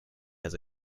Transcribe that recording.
has